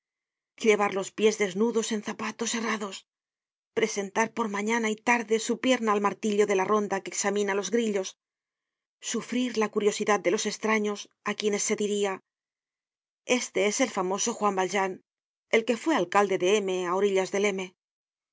llevar los pies desnudos en zapatos herrados presentar por mañana y tarde su pierna al martillo de la ronda que examina los grillos sufrir la curiosidad de los estraños á quienes se diria este es el famoso juan valjean que fue alcalde de m á orillas del